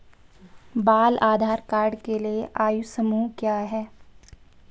बाल आधार कार्ड के लिए आयु समूह क्या है?